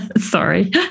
Sorry